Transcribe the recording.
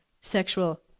sexual